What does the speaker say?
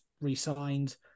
re-signed